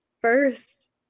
First